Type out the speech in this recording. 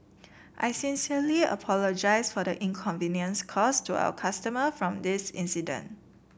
I sincerely apologise for the inconvenience caused to our customer from this incident